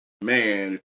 Man